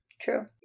True